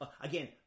Again